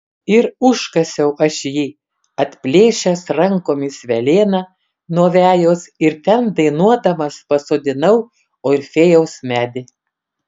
ir užkasiau aš jį atplėšęs rankomis velėną nuo vejos ir ten dainuodamas pasodinau orfėjaus medį